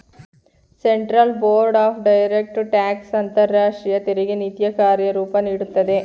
central board of direct tax ಅಂತರಾಷ್ಟ್ರೀಯ ತೆರಿಗೆ ನೀತಿಯ ಕಾರ್ಯರೂಪ ನೀಡುತ್ತದೆ